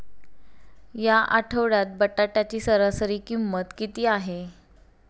या आठवड्यात बटाट्याची सरासरी किंमत किती आहे?